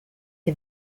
che